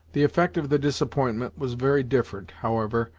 the effect of the disappointment was very different, however,